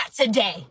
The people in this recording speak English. today